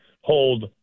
hold